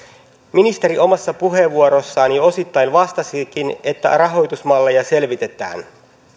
ministeri omassa puheenvuorossaan jo osittain vastasikin että rahoitusmalleja selvitetään